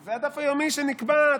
זה הדף היומי שנקבע.